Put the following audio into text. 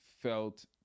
felt